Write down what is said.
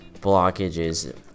blockages